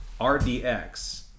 RDX